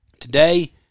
today